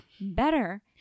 better